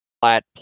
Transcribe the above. flat